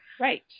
Right